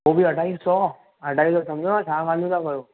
हो बि अढाई सौ अढाई सौ समुझो था छा ॻाल्हियूं था कयो